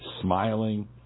smiling